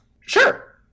Sure